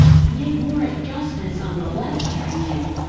he made more adjustments on the left hearing aid.